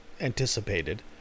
anticipated